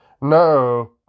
No